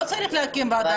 לא צריך להקים ועדה,